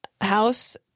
house